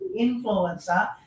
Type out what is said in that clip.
influencer